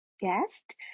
guest